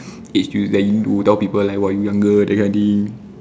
age like you tell people like !wah! you younger that kind of thing